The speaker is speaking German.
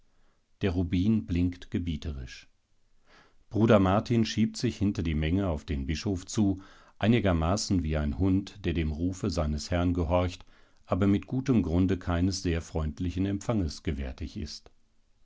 der rubin blinkt gebieterisch bruder martin schiebt sich hinter die menge auf den bischof zu einigermaßen wie ein hund der dem rufe seines herrn gehorcht aber mit gutem grunde keines sehr freundlichen empfanges gewärtig ist